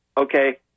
Okay